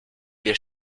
bir